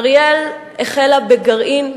אריאל החלה בגרעין,